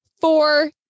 four